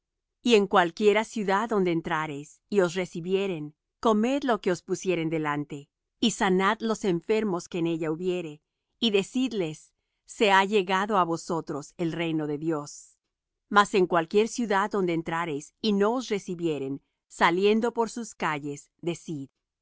y en cualquiera ciudad donde entrareis y os recibieren comed lo que os pusieren delante y sanad los enfermos que en ella hubiere y decidles se ha llegado á vosotros el reino de dios mas en cualquier ciudad donde entrareis y no os recibieren saliendo por sus calles decid aun